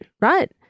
right